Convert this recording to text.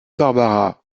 barbara